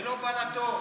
זה לא בא לה טוב.